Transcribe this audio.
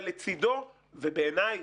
אבל לצדו ובעיניי,